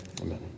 Amen